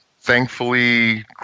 thankfully